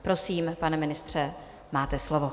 Prosím, pane ministře, máte slovo.